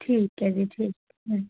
ਠੀਕ ਹੈ ਜੀ ਠੀਕ ਹੈ